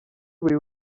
buri